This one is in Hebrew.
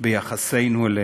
ביחסנו אליהם.